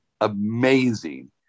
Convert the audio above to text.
amazing